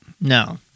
No